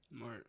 Right